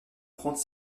prendre